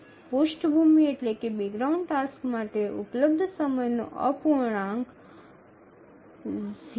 પૃષ્ઠભૂમિ ટાસ્ક માટે ઉપલબ્ધ સમયનો અપૂર્ણાંક 0